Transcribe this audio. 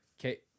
Okay